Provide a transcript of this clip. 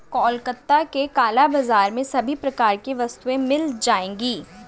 कोलकाता के काला बाजार में सभी प्रकार की वस्तुएं मिल जाएगी